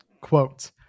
quote